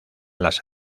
las